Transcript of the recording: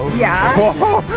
yeah! whoa!